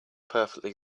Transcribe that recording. perfectly